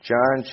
John